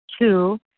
two